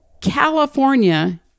California